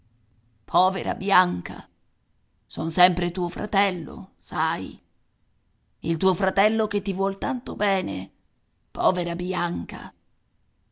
povera bianca son sempre tuo fratello sai il tuo fratello che ti vuol tanto bene povera bianca